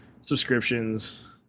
subscriptions